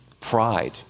pride